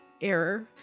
error